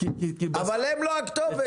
אבל הם לא הכתובת.